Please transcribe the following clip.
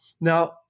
now